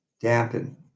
dampen